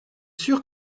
sûr